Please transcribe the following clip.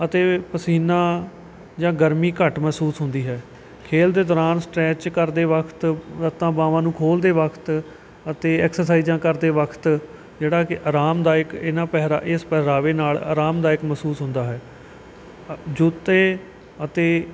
ਅਤੇ ਪਸੀਨਾ ਜਾਂ ਗਰਮੀ ਘੱਟ ਮਹਿਸੂਸ ਹੁੰਦੀ ਹੈ ਖੇਡ ਦੇ ਦੌਰਾਨ ਸਟਰੈਚ ਕਰਦੇ ਵਕਤ ਲੱਤਾਂ ਬਾਹਵਾਂ ਨੂੰ ਖੋਲ੍ਹਦੇ ਵਕਤ ਅਤੇ ਐਕਸਰਸਾਈਜ਼ਾਂ ਕਰਦੇ ਵਕਤ ਜਿਹੜਾ ਕਿ ਅਰਾਮਦਾਇਕ ਇਹਨਾਂ ਪਹਿਰਾ ਇਸ ਪਹਿਰਾਵੇ ਨਾਲ ਅਰਾਮਦਾਇਕ ਮਹਿਸੂਸ ਹੁੰਦਾ ਹੈ ਜੁੱਤੇ ਅਤੇ